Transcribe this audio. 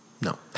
No